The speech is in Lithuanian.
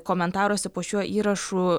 komentaruose po šiuo įrašu